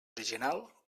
original